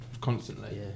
constantly